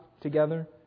together